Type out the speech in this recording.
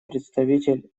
представитель